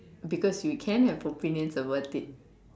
because you can have opinions about it